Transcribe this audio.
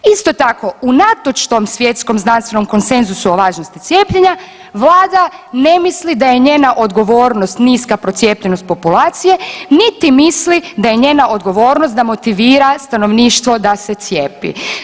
Isto tako unatoč tom svjetskom znanstvenom konsenzusu o važnosti cijepljenja Vlada ne misli da je njena odgovornost niska procijepljenost populacije, niti misli da je njena odgovornost da motivira stanovništvo da se cijepi.